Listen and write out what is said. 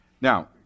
Now